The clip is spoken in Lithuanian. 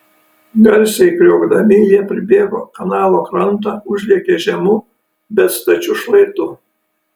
garsiai kriokdami jie pribėgo kanalo krantą užlėkė žemu bet stačiu šlaitu